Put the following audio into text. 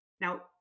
Now